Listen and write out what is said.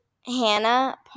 Hannah